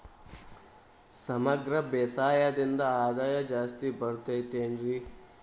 ಸಮಗ್ರ ಬೇಸಾಯದಿಂದ ಆದಾಯ ಜಾಸ್ತಿ ಬರತೈತೇನ್ರಿ?